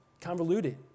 convoluted